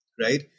Right